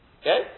Okay